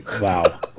wow